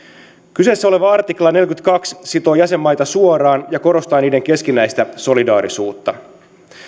kyseessä oleva artikla neljäkymmentäkaksi sitoo jäsenmaita suoraan ja korostaa niiden keskinäistä solidaarisuutta